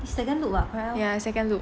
ya second loop